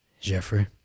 Jeffrey